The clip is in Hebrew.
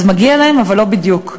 אז מגיע להם, אבל לא בדיוק.